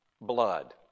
blood